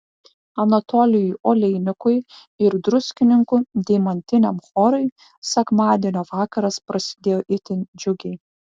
anatolijui oleinikui ir druskininkų deimantiniam chorui sekmadienio vakaras prasidėjo itin džiugiai